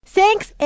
Thanks